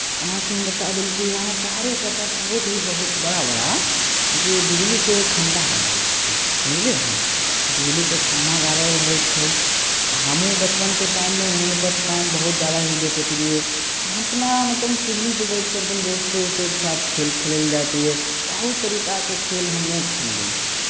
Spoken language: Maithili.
अहाँकेँ हम बता देली कि वहाँ चारू कत्ता बहुत ही बहुत बड़ा बड़ा जे बिजलीके खंभा गाड़ल छै समझलियै अहाँ बिजलीके खंभा गाड़ल रहै छै आ हमहूँ बचपनके टाइममे हुएँपर टाइम बहुत जादा ही व्यतीतलियै आ अपना हम सीढ़ीपर बैठि कऽ अपन दोस्त वोस्तके साथ खेल खेलय लेल जाइत रहियै बहुत तरीकाके खेल हमे खेललियै